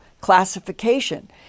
classification